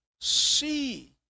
see